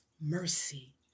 mercy